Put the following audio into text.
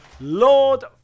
lord